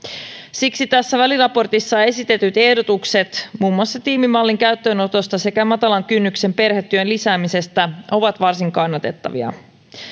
siksi tässä väliraportissa esitetyt ehdotukset muun muassa tiimimallin käyttöönotosta sekä matalan kynnyksen perhetyön lisäämisestä ovat varsin kannatettavia